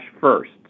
first